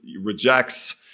rejects